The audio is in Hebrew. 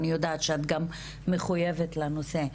אני יודעת שאת מחויבת לנושא.